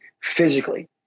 physically